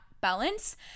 balance